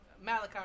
Malachi